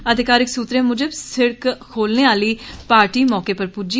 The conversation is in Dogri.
आधिकारिक सूत्रें मुजब सिड़क खोलने आहली पार्टी मौके पर पुज्जी